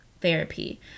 therapy